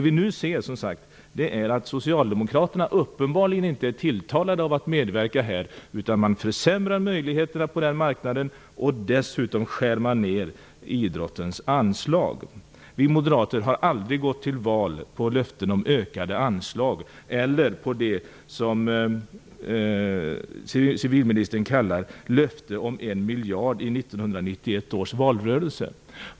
Vi ser nu att socialdemokraterna uppenbarligen inte är tilltalade av att medverka till detta utan försämrar möjligheterna på marknaden och dessutom skär ned idrottens anslag. Vi moderater har aldrig gått till val på löften om ökade anslag eller på det som civilministern kallar ett löfte om en miljard i 1991 års valrörelse.